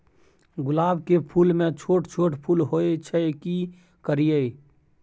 गुलाब के फूल में छोट छोट फूल होय छै की करियै?